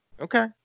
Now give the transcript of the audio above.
Okay